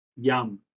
Yum